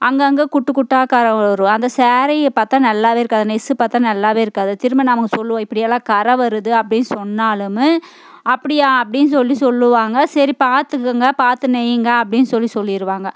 அங்கங்கே திட்டு திட்டா கறை வரும் அந்த சாரிய பார்த்தா நல்லாவே இருக்காது நெஸ்ஸு பார்த்தா நல்லாவே இருக்காது திரும்ப நம்ம அங்கே சொல்வோம் இப்படியெல்லாம் கறை வருது அப்படின்னு சொன்னாலும் அப்படியா அப்படின்னு சொல்லி சொல்வாங்க சரி பார்த்துக்குங்க பார்த்து நெய்யுங்க அப்படின்னு சொல்லி சொல்லிடுவாங்க